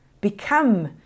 become